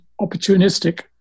opportunistic